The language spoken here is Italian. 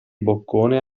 boccone